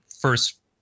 first